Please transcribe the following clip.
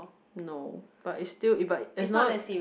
no but is still but as long